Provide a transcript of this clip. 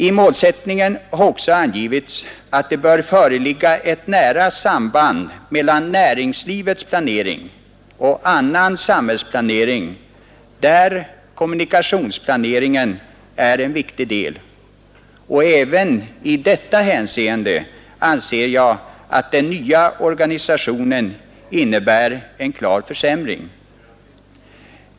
I målsättningen har också angivits att det bör föreligga ett nära samband mellan näringslivets planering och annan samhällsplanering, där kommunikationsplaneringen är en viktig del, och även i det hänseendet anser jag att den nya organisationen innebär en klar försämring.